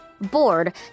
Bored